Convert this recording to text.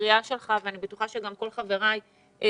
לקריאה שלך ואני בטוחה שגם כל חבריי לוועדה.